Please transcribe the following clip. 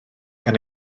gan